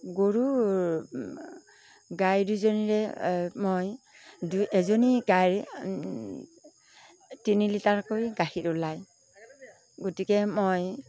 গৰুৰ গাই দুজনীৰে মই দুই এজনী গাইৰ তিনি লিটাৰকৈ গাখীৰ ওলায় গতিকে মই